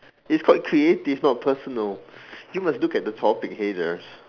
it's called creative not personal you must look at the topic headers